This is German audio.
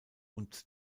und